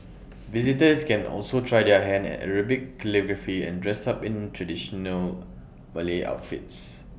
visitors can also try their hand at Arabic calligraphy and dress up in traditional Malay outfits